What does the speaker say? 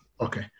Okay